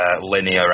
linear